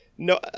No